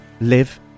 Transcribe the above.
live